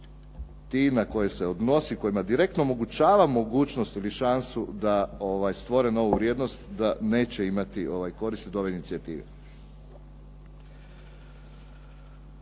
ti na koje se odnosi, kojima direktno omogućava mogućnost ili šansu da stvore novu vrijednost da neće imati koristi od ove inicijative.